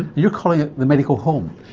you're calling it the medical home.